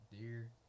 deer